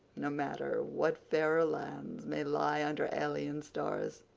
no matter what fairer lands may lie under alien stars.